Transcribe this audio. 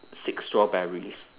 six strawberries